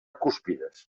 cúspides